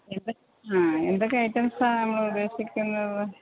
ആ എന്തൊക്കെ ഐറ്റംസ് ആണ് നമ്മൾ ഉദ്ദേശിക്കുന്നത്